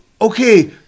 Okay